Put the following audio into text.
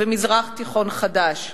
ומזרח תיכון חדש.